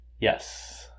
yes